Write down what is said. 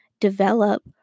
develop